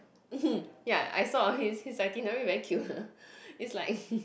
mmhmm ya I saw his his itinerary very cute it's like